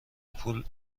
پول